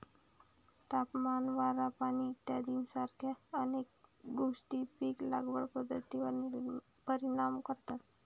तापमान, वारा, पाणी इत्यादीसारख्या अनेक गोष्टी पीक लागवड पद्धतीवर परिणाम करतात